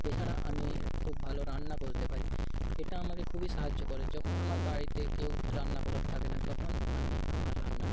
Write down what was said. এছাড়া আমি খুব ভালো রান্না করতে পারি এটা আমাকে খুবই সাহায্য করে যখন আমার বাড়িতে কেউ রান্না করার থাকে না তখন আমি আমার রান্না